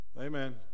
Amen